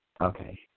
Okay